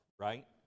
right